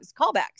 callbacks